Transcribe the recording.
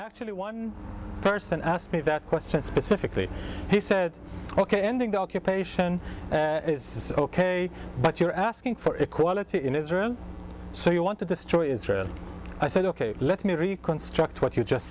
actually one person asked me that question specifically he said ok ending the occupation is ok but you're asking for equality in israel so you want to destroy israel i said ok let me reconstruct what you just